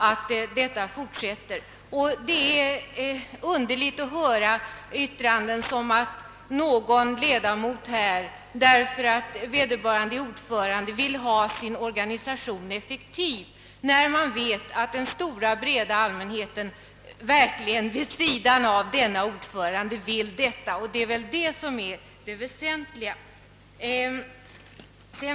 Det är underligt att höra sådana yttranden som att någon ledamot, därför att han är ordförande, vill ha sin organisation effektiv, när man vet att även den stora allmänheten vill att den skall vara effektiv — det är väl det som är det väsentliga.